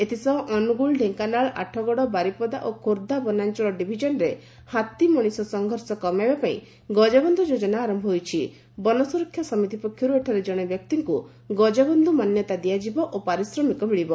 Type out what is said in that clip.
ଏଥିସହ ଅନୁଗୁଳ ଢେଙ୍କାନାଳ ଆଠଗଡ଼ ବାରିପଦା ଓ ଖୋର୍ବ୍ଧା ବନାଞ୍ଚଳ ଡିହଭିଜନ୍ରେ ହାତୀ ମଣିଷ ସଂଘର୍ଷ କମାଇବା ପାଇଁ ଗଜବନ୍ଧ ଯୋଜନା ଆର ଏଠାରେ ଜଣେ ବ୍ୟକ୍ତିଙ୍କୁ ଗଜବନ୍ଧୁ ମାନ୍ୟତା ଦିଆଯିବ ଓ ପାରିଶ୍ରମିକ ମିଳିବ